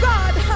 God